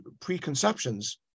preconceptions